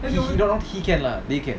he he he can lah they can